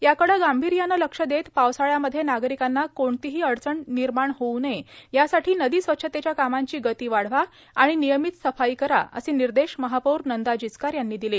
याकडं गांभीर्यानं लक्ष देत पावसाळ्यामध्ये नागरिकांना कोणतिही अडचण निर्माण होउ नये यासाठी नदी स्वच्छतेच्या कामाची गती वाढवा आणि नियमित सफाई कराए असे निर्देश महापौर नंदा जिचकार यांनी दिले